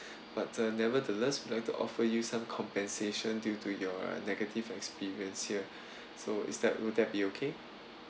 but uh nevertheless we would like to offer you some compensation due to your negative experience here so is that will that be okay